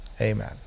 Amen